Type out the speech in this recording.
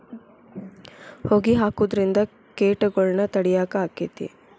ಹೊಗಿ ಹಾಕುದ್ರಿಂದ ಕೇಟಗೊಳ್ನ ತಡಿಯಾಕ ಆಕ್ಕೆತಿ?